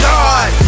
God